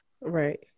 Right